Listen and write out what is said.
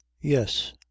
yes